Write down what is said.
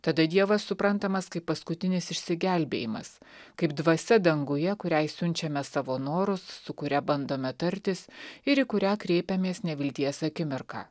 tada dievas suprantamas kaip paskutinis išsigelbėjimas kaip dvasia danguje kuriai siunčiame savo norus su kuria bandome tartis ir į kurią kreipiamės nevilties akimirką